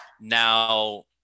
Now